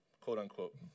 quote-unquote